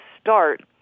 start